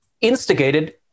instigated